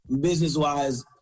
business-wise